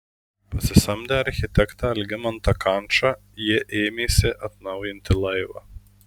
pasisamdę architektą algimantą kančą jie ėmėsi atnaujinti laivą